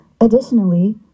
Additionally